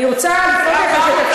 אני רוצה שתקשיב,